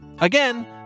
Again